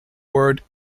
word